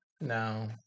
No